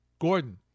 Gordon